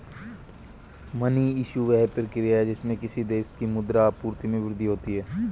money issue, वह प्रक्रिया है जिससे किसी देश की मुद्रा आपूर्ति में वृद्धि होती है